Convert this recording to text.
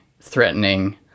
threatening